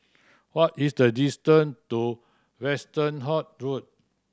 what is the distance to Westerhout Road